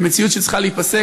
ומציאות שצריכה להיפסק.